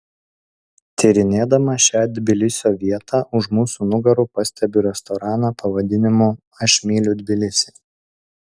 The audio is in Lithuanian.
tyrinėdama šią tbilisio vietą už mūsų nugarų pastebiu restoraną pavadinimu aš myliu tbilisį